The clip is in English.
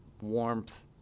warmth